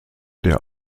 der